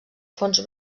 fons